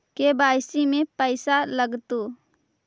KYC में पैसा लगतै?